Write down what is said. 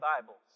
Bibles